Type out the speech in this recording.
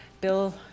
Bill